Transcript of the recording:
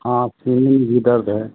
हाँ सीने में भी दर्द है